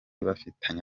bafitanye